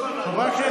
בבקשה.